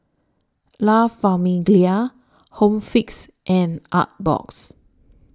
La Famiglia Home Fix and Artbox